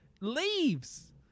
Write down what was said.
leaves